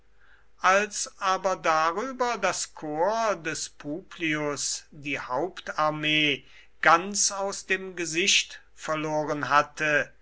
als aber darüber das korps des publius die hauptarmee ganz aus dem gesicht verloren hatte